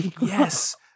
Yes